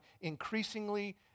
increasingly